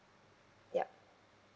yup